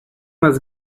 was